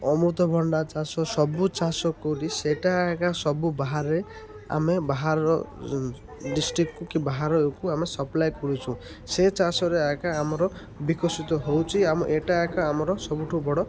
ଅମୃତଭଣ୍ଡା ଚାଷ ସବୁ ଚାଷ କରି ସେଇଟା ଆକା ସବୁ ବାହାରେ ଆମେ ବାହାର ଡିଷ୍ଟ୍ରିକ୍କୁ କି ବାହାରକୁ ଆମେ ସପ୍ଲାଏ କରୁଛୁ ସେ ଚାଷରେ ଆକା ଆମର ବିକଶିତ ହେଉଛି ଆମ ଏଇଟା ଆକା ଆମର ସବୁଠୁ ବଡ଼